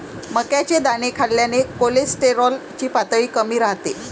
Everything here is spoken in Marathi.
मक्याचे दाणे खाल्ल्याने कोलेस्टेरॉल ची पातळी कमी राहते